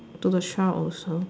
to the child also